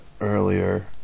earlier